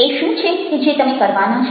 એ શું છે કે જે તમે કરવાના છો